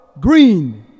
Green